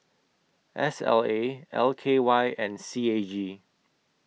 S L A L K Y and C A G